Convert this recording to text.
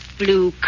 blue